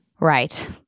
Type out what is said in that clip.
Right